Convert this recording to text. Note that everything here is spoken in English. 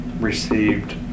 received